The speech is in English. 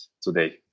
today